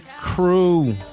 crew